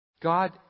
God